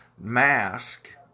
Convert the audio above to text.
mask